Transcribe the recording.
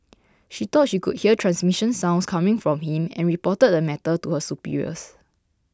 she thought she could hear transmission sounds coming from him and reported the matter to her superiors